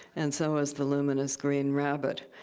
and so is the luminous green rabbit.